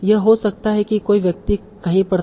यह हो सकता है कि कोई व्यक्ति कहीं पर था